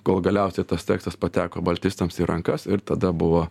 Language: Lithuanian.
kol galiausiai tas tekstas pateko baltistams į rankas ir tada buvo